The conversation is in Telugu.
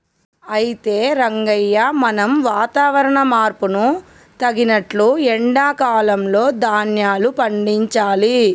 అయితే రంగయ్య మనం వాతావరణ మార్పును తగినట్లు ఎండా కాలంలో ధాన్యాలు పండించాలి